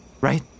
Right